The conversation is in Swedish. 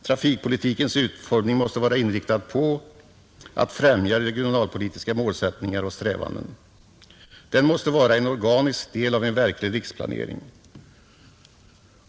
Trafikpolitikens utformning måste vara inriktad på att främja regionalpolitiska målsättningar och strävanden, Den måste vara en organisk del av en verklig riksplanering.